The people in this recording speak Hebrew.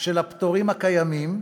של הפטורים הקיימים.